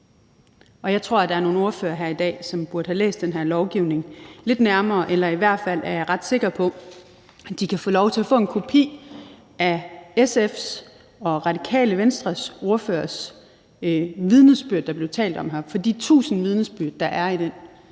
jeg tror, at der er nogle ordførere her i dag, som burde have læst den her lovgivning lidt nærmere, eller i hvert fald er jeg ret sikker på, at de kan få lov til at få en kopi af SF's og Radikale Venstres ordførers vidnesbyrd, der blev talt om heroppe, for de tusind vidnesbyrd, der er der,